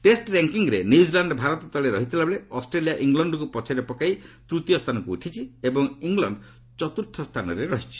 test ର୍ୟାଙ୍କିଙ୍ଗ୍ରେ New Zealand Bharat ତଳେ ରହିଥିବା ବେଳେ ଅଷ୍ଟ୍ରେଲିଆ ଇଂଲଣ୍ଡକ୍ତ ପଛରେ ପକାଇ ତୃତୀୟ ସ୍ଥାନକ୍ତ ଉଠିଛି ଏବଂ ଇଂଲଣ୍ଡ ଚତୁର୍ଥ ସ୍ଥାନରେ ରହିଛି